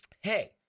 Hey